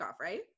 right